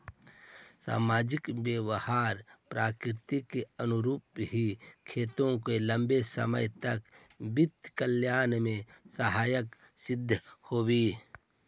सामाजिक व्यवहार प्रकृति के अनुरूप ही खेती को लंबे समय तक विश्व कल्याण में सहायक सिद्ध होई